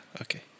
okay